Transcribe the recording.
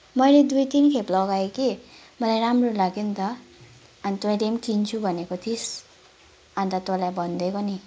मैले दुई तिनखेप लगाएँ कि मलाई राम्रो लाग्यो नि त अनि तैँले पनि किन्छु भनेको थिइस् अन्त तँलाई भनेको नि